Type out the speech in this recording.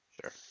Sure